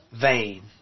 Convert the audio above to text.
vain